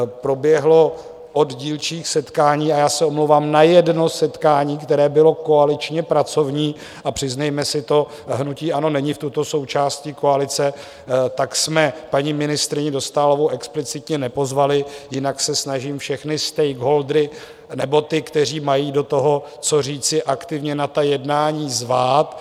Proběhlo od dílčích setkání a já se omlouvám, na jedno setkání, které bylo koaličně pracovní a přiznejme si to, hnutí ANO není součástí koalice, tak jsme paní ministryni Dostálovou explicitně nepozvali jinak se snažím všechny stakeholdery nebo ty, kteří mají do toho co říci, aktivně na ta jednání zvát.